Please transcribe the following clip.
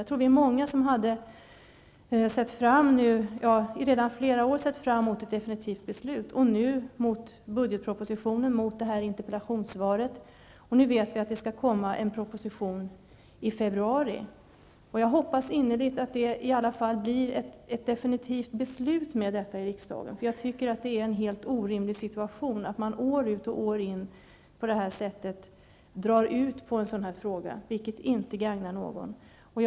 Jag tror att vi är många som under flera år har sett fram emot ett definitivt besked t.ex. i budgetpropositionen eller i detta interpellationssvar. Nu vet vi att det skall komma en proposition i februari. Jag hoppas innerligt att det skall fattas ett definitivt beslut i denna fråga i riksdagen. Jag tycker att det är en helt orimlig situation att år ut och år in på det här sättet så att säga dra ut på en fråga. Det gagnar inte någon.